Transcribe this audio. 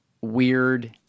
weird